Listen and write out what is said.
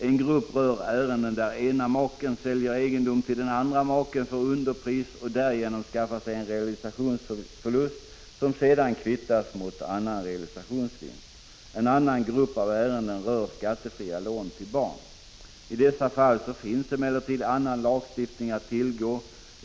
En grupp rör ärenden där ena maken säljer egendom till den andra maken för underpris och därigenom skaffar sig en realisationsförlust, som sedan kvittas mot annan realisationsvinst. En annan grupp av ärenden rör räntefria lån till barn. I dessa fall finns emellertid annan lagstiftning att tillgå.